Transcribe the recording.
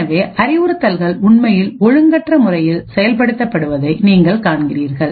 எனவே அறிவுறுத்தல்கள் உண்மையில் ஒழுங்கற்ற முறையில் செயல்படுத்தப்படுவதை நீங்கள் காண்கிறீர்கள்